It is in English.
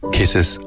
Kisses